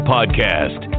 Podcast